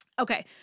Okay